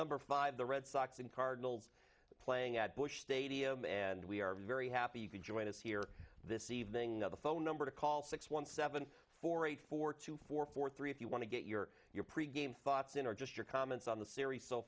number five the red sox in cardinals playing at busch stadium and we are very happy you could join us here this evening on the phone number to call six one seven four eight four two four four three if you want to get your your pregame thoughts in or just your comments on the series so